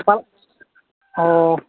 ꯑꯣ